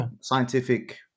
scientific